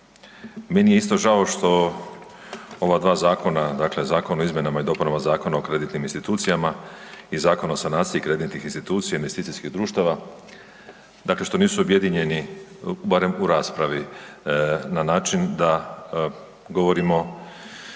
Meni je isto žao što ova dva zakona, dakle Zakon o izmjenama i dopunama Zakona o kreditnim institucijama i Zakon o sanaciji kreditnih institucija, investicijskih društava, dakle što nisu objedinjeni, barem u raspravi, na način da govorimo